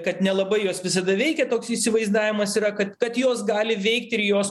kad nelabai jos visada veikia toks įsivaizdavimas yra kad kad jos gali veikti ir jos